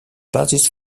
basis